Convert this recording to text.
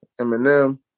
Eminem